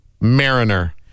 Mariner